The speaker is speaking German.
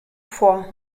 vor